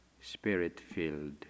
spirit-filled